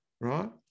right